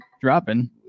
dropping